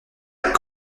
elle